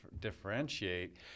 differentiate